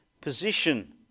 position